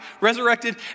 resurrected